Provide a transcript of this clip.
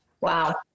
wow